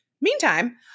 Meantime